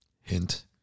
Hint